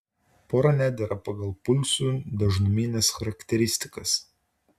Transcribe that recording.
pora nedera pagal pulsų dažnumines charakteristikas